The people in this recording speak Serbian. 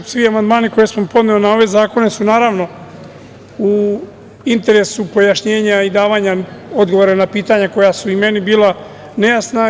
Svi amandmani koje sam podneo na ove zakone su naravno u interesu pojašnjenja i davanja odgovara na pitanja koja su i meni bila nejasna.